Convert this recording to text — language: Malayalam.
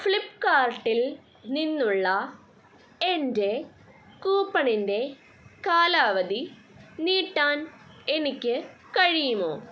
ഫ്ലിപ്പ്കാർട്ടിൽ നിന്നുള്ള എൻ്റെ കൂപ്പണിൻ്റെ കാലാവധി നീട്ടാൻ എനിക്ക് കഴിയുമോ